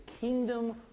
kingdom